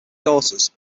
daughters